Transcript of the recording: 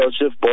Joseph